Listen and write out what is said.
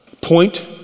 Point